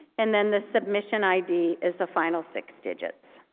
and then the submission id is the final six digits.